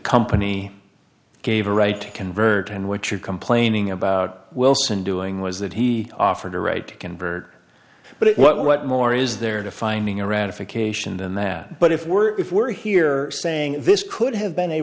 company gave a right to convert and what you're complaining about wilson doing was that he offered a right to convert but it what what more is there to finding a ratification than that but if we're if we're here saying this could have been a